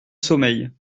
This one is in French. sommeil